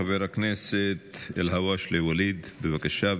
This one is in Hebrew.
חבר הכנסת אלהואשלה ואליד, בבקשה.